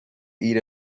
eat